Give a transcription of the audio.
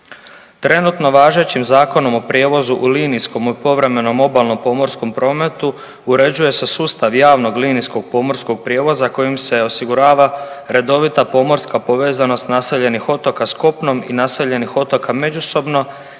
Trenutno važećim Zakonom o prijevozu u linijskom i povremenom obalnom pomorskom prometu uređuje se sustav javnog linijskog pomorskog prijevoza kojim se osigurava redovita pomorska povezanost naseljenih otoka sa kopnom i naseljenih otoka međusobno